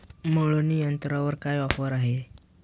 मळणी यंत्रावर काय ऑफर आहे?